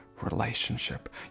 relationship